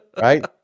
right